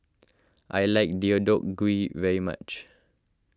I like Deodeok Gui very much